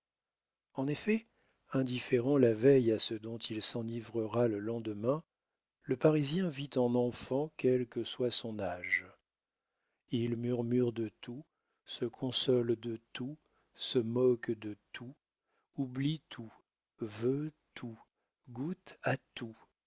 en effet indifférent la veille à ce dont il s'enivrera le lendemain le parisien vit en enfant quel que soit son âge il murmure de tout se console de tout se moque de tout oublie tout veut tout goûte à tout